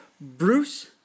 Bruce